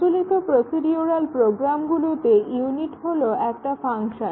প্রচলিত প্রসিডিউরাল প্রোগ্রামগুলোতে ইউনিট হলো একটা ফাংশন